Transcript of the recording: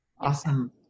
Awesome